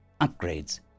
Upgrades